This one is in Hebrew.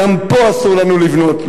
גם פה אסור לנו לבנות.